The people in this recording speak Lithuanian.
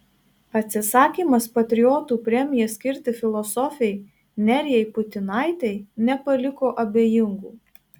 atsisakymas patriotų premiją skirti filosofei nerijai putinaitei nepaliko abejingų